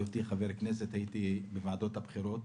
היותי חבר כנסת, הייתי בוועדות הבחירות,